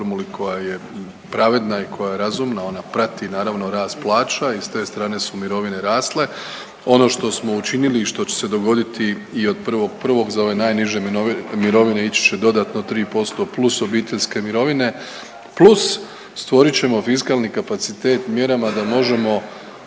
koja je pravedna i koja je razumna. Ona prati naravno rast plaća i s te strane su mirovine rasle. Ono što smo učinili i što će se dogoditi i od 1.1. za ove najniže mirovine ići će dodatno 3% plus obiteljske mirovine, plus stvorit ćemo fiskalni kapacitet mjerama da možemo